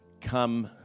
come